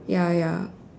ya ya